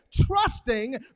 trusting